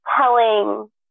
telling